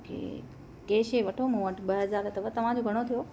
okay cash ई वठो मूं वटि ॿ हज़ार अथव तव्हां जो घणो थियो